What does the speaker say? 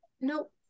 nope